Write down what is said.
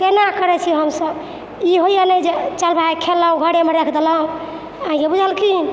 तऽ एना करै छी हमसभ ई होइए नहि जे चल भाय खेलहुँ घरेमे राखि देलहुँ ऐं बुझलखिन